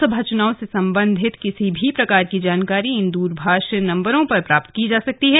लोकसभा चुनाव से संबंधित किसी भी प्रकार की जानकारी इन द्रभाष नम्बरों पर प्राप्त की जा सकती है